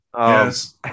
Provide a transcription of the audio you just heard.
yes